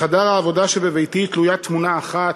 בחדר העבודה שבביתי תלויה תמונה אחת,